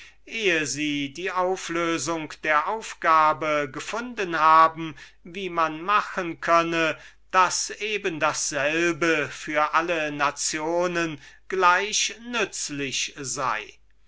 ehe sie die auflösung der aufgabe gefunden haben wie man machen könne daß eben dasselbe für alle nationen gleich nützlich sei